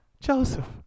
Joseph